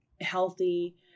healthy